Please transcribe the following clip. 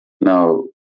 Now